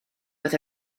oedd